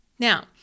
Now